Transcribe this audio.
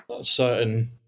certain